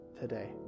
today